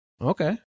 okay